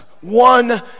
One